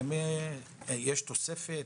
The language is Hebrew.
זה אחרי תוספת,